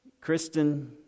Kristen